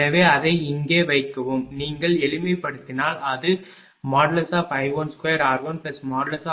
எனவே அதை இங்கே வைக்கவும் நீங்கள் எளிமைப்படுத்தினால் அது I12r1I22r2I32r393